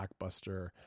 blockbuster